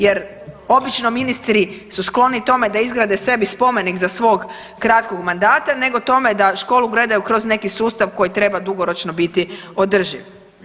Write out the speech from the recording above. Jer obično ministri su skloni tome da izgrade sebi spomenik za svog kratkog mandata, nego tome da školu gledaju kroz neki sustav koji treba dugoročno biti održiv.